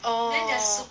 oh